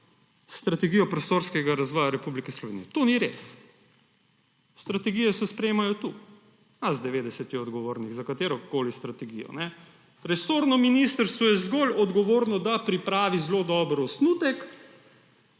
strategijo prostorskega razvoja Republike Slovenije. To ni res. Strategije se sprejemajo tu, nas 90 je odgovornih za katerokoli strategijo. Resorno ministrstvo je zgolj odgovorno, da pripravi zelo dober osnutek